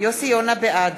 בעד